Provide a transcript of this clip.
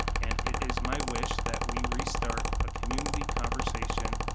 and it is my wish that we restart a community conversation,